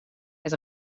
het